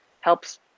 helps